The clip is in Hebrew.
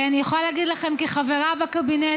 אני יכולה להגיד לכם כחברה בקבינט: